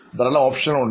ധാരാളം ഓപ്ഷനുകൾ ഉണ്ട്